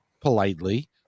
politely